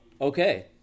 okay